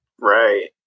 Right